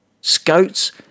scouts